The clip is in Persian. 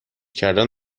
کردن